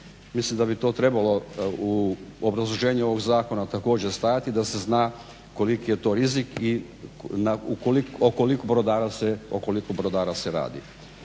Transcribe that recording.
Mislim da bi to trebalo u obrazloženju ovog zakona također stajati da se zna koliki je to rizik i o koliko brodara se radi.